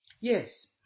Yes